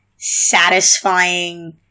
satisfying –